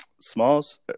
Smalls